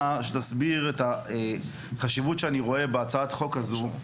שתסביר את החשיבות שאני רואה בהצעת החוק הזו.